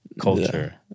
culture